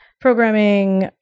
programming